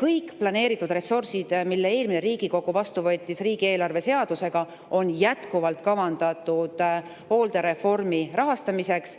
kõik planeeritud ressursid, mille eelmine Riigikogu vastu võttis riigieelarve seadusega, on jätkuvalt kavandatud hooldereformi rahastamiseks.